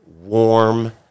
warm